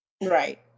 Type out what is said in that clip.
Right